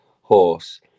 horse